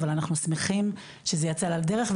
אבל אנחנו שמחים שזה יצא לדרך,